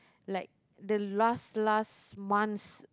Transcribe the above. like the last last months